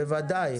בוודאי.